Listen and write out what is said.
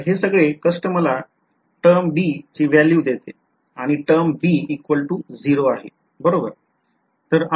तर हे सगळे कष्ट मला टर्म b ची value देते आणि टर्म b 0 आहे बरोबर